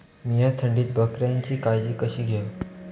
मीया थंडीत बकऱ्यांची काळजी कशी घेव?